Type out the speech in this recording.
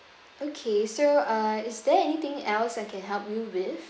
okay so uh is there anything else I can help you with